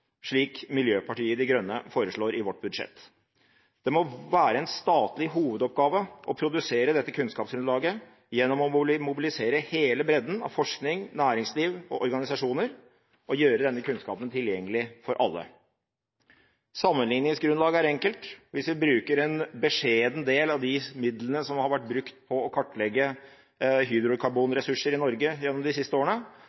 slik Miljøpartiet De Grønne foreslår i sitt budsjett. Det må være en statlig hovedoppgave å produsere dette kunnskapsgrunnlaget gjennom å mobilisere hele bredden av forskning, næringsliv og organisasjoner og gjøre denne kunnskapen tilgjengelig for alle. Sammenligningsgrunnlaget er enkelt: Hvis vi bruker en beskjeden del av de midlene som har vært brukt på å kartlegge